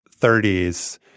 30s